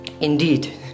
Indeed